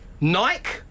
Nike